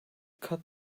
cut